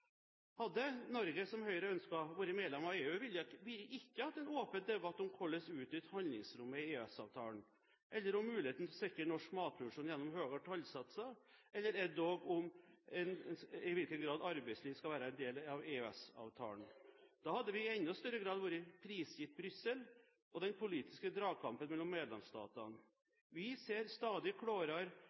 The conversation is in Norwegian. Hadde Norge, som Høyre ønsker, vært medlem av EU, ville vi ikke hatt en åpen debatt om hvordan utnytte handlingsrommet i EØS-avtalen, eller om muligheten for å sikre norsk matproduksjon gjennom høyere tollsatser, eller endog om i hvilken grad arbeidsliv skal være en del av EØS-avtalen. Da hadde vi i enda større grad vært prisgitt Brussel og den politiske dragkampen mellom medlemsstatene. Vi ser stadig